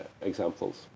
Examples